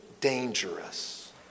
dangerous